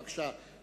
בבקשה,